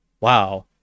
Wow